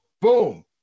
Boom